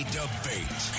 debate